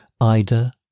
Ida